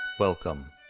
Welcome